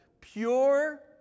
Pure